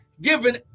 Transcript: given